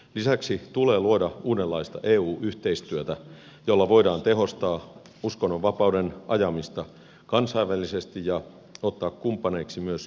lisäksi tulee luoda uudenlaista eu yhteistyötä jolla voidaan tehostaa uskonnonvapauden ajamista kansainvälisesti ja ottaa kumppaneiksi myös kansalaisyhteiskunnan toimijoita